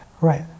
Right